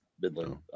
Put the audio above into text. Midland